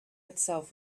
itself